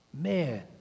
Man